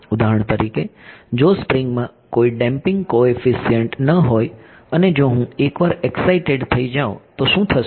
ઉદાહરણ તરીકે જો સ્પ્રિંગમાં કોઈ ડેમ્પીન્ગ કોએફીસીયંટ ન હોય અને જો હું એકવાર એક્સાઈટેડ થઈ જાઉં તો શું થશે